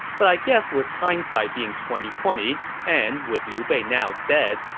but i guess with hindsight being twenty twenty and with liu bei now dead,